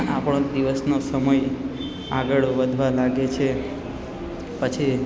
આપણો દિવસનો સમય આગળ વધવા લાગે છે પછી